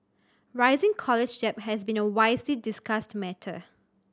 rising college debt has been a widely discussed matter